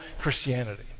Christianity